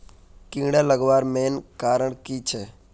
कीड़ा लगवार मेन कारण की छे?